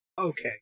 Okay